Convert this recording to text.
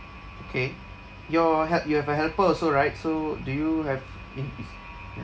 okay your help~ you have a helper also right so do you have in~ ya